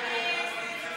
ההסתייגות (14)